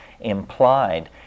implied